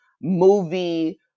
movie